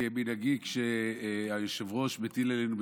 כמנהגי כשהיושב-ראש מטיל עלינו,